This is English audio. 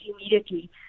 immediately